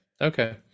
Okay